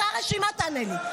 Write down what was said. אחרי הרשימה תענה לי.